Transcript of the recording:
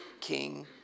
King